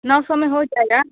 नौ सौ में हो जाएगा